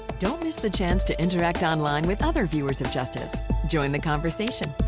don't miss the chance to interact online with other viewers of justice join the conversation,